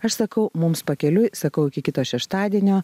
aš sakau mums pakeliui sakau iki kito šeštadienio